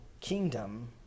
kingdom